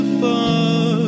far